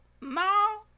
No